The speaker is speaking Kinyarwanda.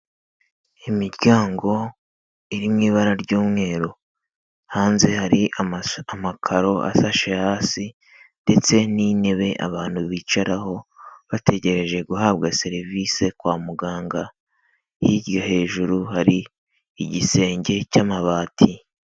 Imiryango iri mu ibara ry'umweru, hanze hari amakaro asashe hasi ndetse n'intebe abantu bicaraho bategereje guhabwa serivisi kwa muganga, hirya hejuru hari igisenge cy'amabati.